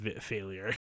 failure